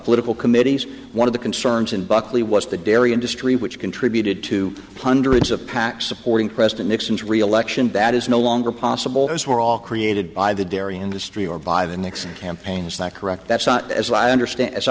political committees one of the concerns in buckley was the dairy industry which contributed to hundreds of pacs supporting president nixon's reelection that is no longer possible those were all created by the dairy industry or by the nixon campaign is that correct that's not as i understand